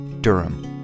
Durham